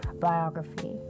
biography